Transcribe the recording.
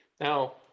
Now